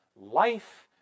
life